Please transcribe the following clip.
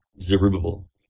Zerubbabel